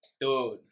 dude